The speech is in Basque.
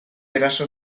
eraso